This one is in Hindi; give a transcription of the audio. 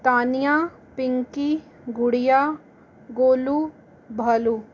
तानिया पिंकी गुड़िया गोलू भोलू